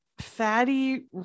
fatty